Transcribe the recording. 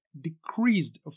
decreased